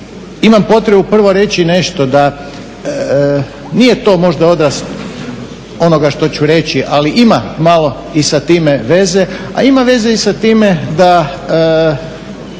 imam potrebu prvo reći nešto da nije to možda odraz onoga što ću reći, ali ima malo i sa time veze, a ima veze i sa time da